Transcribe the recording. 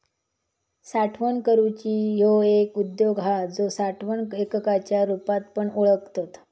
साठवण करूची ह्यो एक उद्योग हा जो साठवण एककाच्या रुपात पण ओळखतत